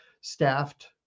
staffed